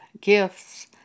gifts